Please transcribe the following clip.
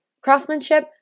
craftsmanship